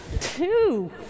Two